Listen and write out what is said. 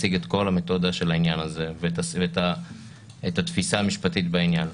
הציג את כל המתודה של העניין הזה ואת התפיסה המשפטית בעניין.